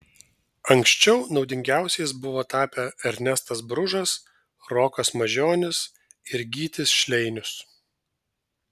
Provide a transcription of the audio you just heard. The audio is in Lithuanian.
anksčiau naudingiausiais buvo tapę ernestas bružas rokas mažionis ir gytis šleinius